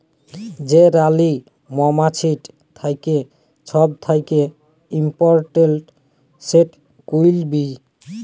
যে রালী মমাছিট থ্যাকে ছব that important, that will bee